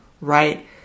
right